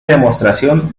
demostración